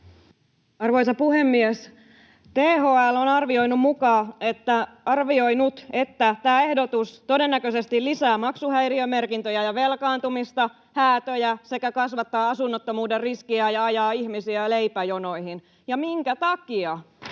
Arvoisa puhemies! THL on arvioinut, että tämä ehdotus todennäköisesti lisää maksuhäiriömerkintöjä, velkaantumista ja häätöjä sekä kasvattaa asunnottomuuden riskiä ja ajaa ihmisiä leipäjonoihin. Ja minkä takia?